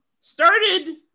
started